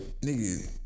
Nigga